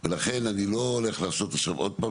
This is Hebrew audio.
ולכן אני לא הולך להרשות עכשיו עוד פעם